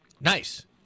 Nice